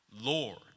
Lord